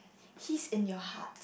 he's in your heart